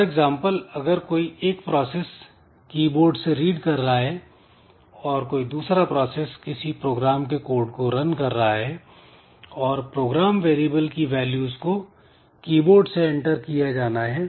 for example अगर कोई एक प्रोसेस कीबोर्ड से रीड कर रहा है और कोई दूसरा प्रोसेस किसी प्रोग्राम के कोड को रन कर रहा है और प्रोग्राम वेरिएबल की वैल्यूज़ को कीबोर्ड से एंटर किया जाना है